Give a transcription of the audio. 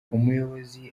umuyobozi